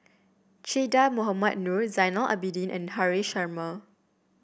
Che Dah Mohamed Noor Zainal Abidin and Haresh Sharma